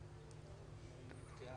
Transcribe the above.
ממש.